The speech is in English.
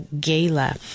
gala